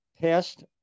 past